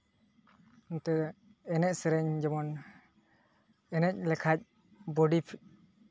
ᱱᱤᱛᱟᱹᱜ ᱮᱱᱮᱡ ᱥᱮᱨᱮᱧ ᱡᱮᱢᱚᱱ ᱮᱱᱮᱡ ᱞᱮᱠᱷᱟᱡ ᱵᱚᱰᱤ